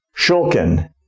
Shulkin